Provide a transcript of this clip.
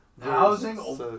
Housing